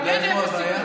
אתה יודע איפה הבעיה?